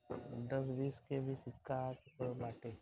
दस बीस के भी सिक्का आ चूकल बाटे